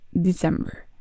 December